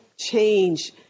change